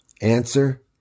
Answer